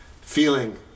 feeling